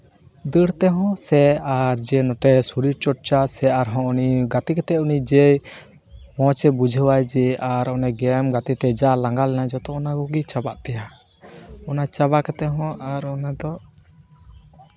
ᱫᱟᱹᱲ ᱛᱮᱦᱚᱸ ᱥᱮ ᱟᱨ ᱡᱮ ᱱᱚᱛᱮ ᱥᱚᱨᱤᱨ ᱪᱚᱨᱪᱟ ᱟᱨᱦᱚᱸ ᱩᱱᱤ ᱜᱟᱛᱮ ᱠᱟᱛᱮ ᱡᱮ ᱢᱚᱪᱮᱭ ᱵᱩᱡᱷᱟᱹᱣᱟ ᱟᱨ ᱩᱱᱤ ᱜᱮᱢ ᱜᱟᱛᱮ ᱛᱮ ᱡᱟ ᱞᱟᱸᱜᱟ ᱞᱮᱱᱟᱭ ᱡᱚᱛᱚ ᱚᱱᱟ ᱠᱚᱜᱮ ᱪᱟᱵᱟᱜ ᱛᱟᱭᱟ ᱚᱱᱟ ᱪᱟᱵᱟ ᱠᱟᱛᱮ ᱦᱚᱸ ᱟᱨ ᱚᱱᱟ ᱫᱚ